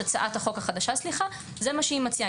הצעת החוק החדשה זה מה שהיא מציעה.